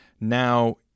Now